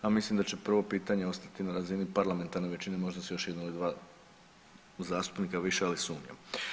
Ja mislim da će prvo pitanje ostati na razini parlamentarne većine možda sa još jedno dva zastupnika više ali sumnjam.